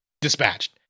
dispatched